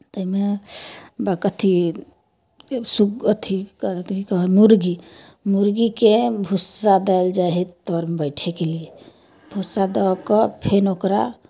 तइमे बक अथि सुग अथि कहै की कहै हइ मुर्गी मुर्गीकेँ भुस्सा देल जाइ हइ तरमे बैठयके लिए भुस्सा दऽ कऽ फेन ओकरा